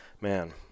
man